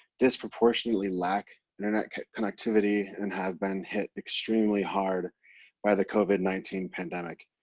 disproportionately lack internet connectivity and have been hit extremely hard by the covid nineteen pandemic,